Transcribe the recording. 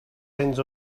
cents